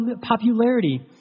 popularity